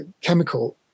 chemical